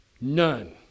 None